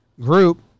group